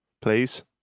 please